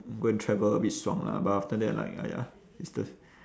go and travel a bit 爽 lah but after that like !aiya! it's the